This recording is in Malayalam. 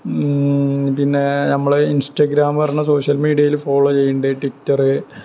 പിന്നെ നമ്മളെ ഇൻസ്റ്റഗ്രാം എന്ന് പറഞ്ഞ സോഷ്യൽ മീഡിയയിൽ ഫോളോ ചെയ്യുന്നുണ്ട് ട്വിറ്റർ